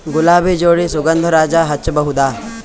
ಗುಲಾಬಿ ಜೋಡಿ ಸುಗಂಧರಾಜ ಹಚ್ಬಬಹುದ?